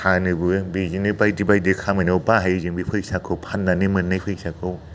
फानोबो बेजोंनो बायदि बायदि खामानियाव बाहायो जों बे फैसाखौ फाननानै मोननाय फैसाखौ